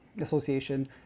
Association